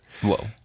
Whoa